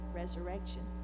resurrection